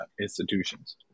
institutions